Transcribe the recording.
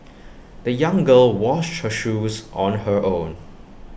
the young girl washed her shoes on her own